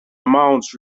amount